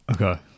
Okay